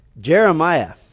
Jeremiah